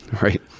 Right